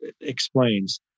explains